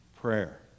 Prayer